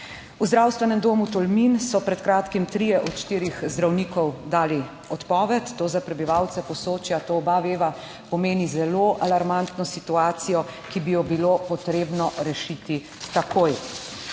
V zdravstvenem domu Tolmin so pred kratkim trije od štirih zdravnikov dali odpoved. To za prebivalce Posočja, to oba veva, pomeni zelo alarmantno situacijo, ki bi jo bilo potrebno rešiti takoj.